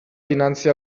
dinanzi